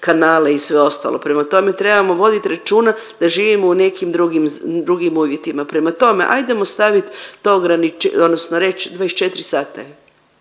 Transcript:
kanale i sve ostalo. Prema tome, trebamo vodit računa da živimo u nekim drugim uvjetima, prema tome ajdemo stavit to odnosno reć 24 sata